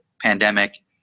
pandemic